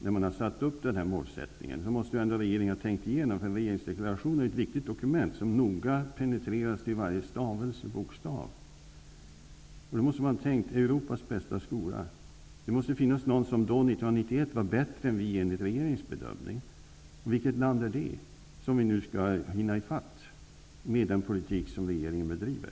När regeringen satte upp målet Europas bästa skola, måste man ändå ha tänkt igenom frågan. Regeringsdeklarationen är ett viktigt dokument som noga penetreras, till varje stavelse, varje bokstav. Det måste ha funnits någon som då, 1991, var bättre än vi enligt regeringens bedömning. Vilket land är det som vi skall hinna i fatt med den politik som regeringen bedriver?